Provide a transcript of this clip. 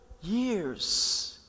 years